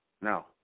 No